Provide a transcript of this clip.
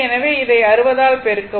எனவே இதை 60 ஆல் பெருக்கவும்